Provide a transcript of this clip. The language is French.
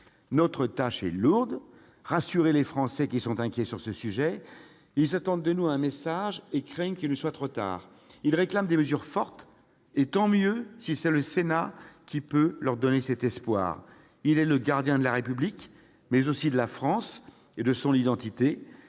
Notre tâche est lourde : il faut rassurer les Français qui sont inquiets sur ce sujet. Ceux-ci attendent de nous un message et craignent qu'il ne soit trop tard. Ils réclament des mesures fortes. Et tant mieux si c'est le Sénat qui peut leur donner cet espoir : il est le gardien de la République, mais aussi de la France et de son identité.